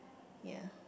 ya